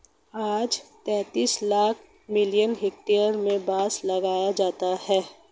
आज तैंतीस lakh million hectare में बांस लगाया जाता है